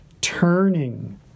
turning